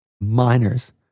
miners